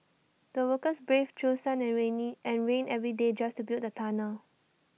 the workers braved through sun and rainy and rain every day just to build the tunnel